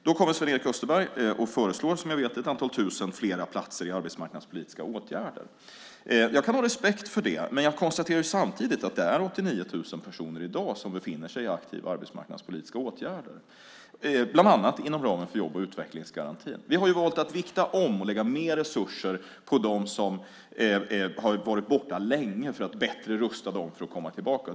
Då kommer Sven-Erik Österberg att föreslå ett antal tusen fler platser i arbetsmarknadspolitiska åtgärder. Jag kan ha respekt för det, men jag konstaterar samtidigt att det i dag är 89 000 personer som befinner sig i aktiva arbetsmarknadspolitiska åtgärder, bland annat inom ramen för jobb och utvecklingsgarantin. Vi har ju valt att vikta om och lägga mer resurser på dem som har varit borta länge för att bättre rusta dem att komma tillbaka.